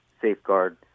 safeguard